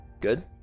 Good